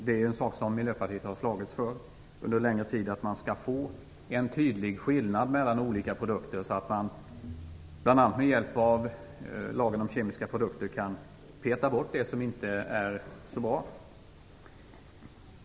Det är en sak som Miljöpartiet har slagits för under en längre tid, att vi skall få en tydlig skillnad mellan olika produkter, så att man, bl.a. med hjälp av lagen om kemiska produkter, kan peta bort det som inte är så bra.